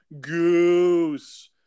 goose